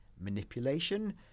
manipulation